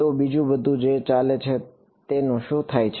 તો બીજું બધું જે ચાલે છે તેનું શું થાય છે